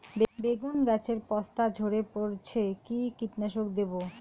বেগুন গাছের পস্তা ঝরে পড়ছে কি কীটনাশক দেব?